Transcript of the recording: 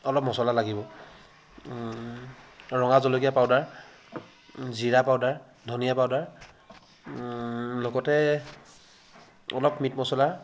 অলপ মচলা লাগিব ৰঙা জলকীয়া পাউডাৰ জীৰা পাউডাৰ ধনিয়া পাউডাৰ লগতে অলপ মিট মচলা